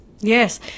Yes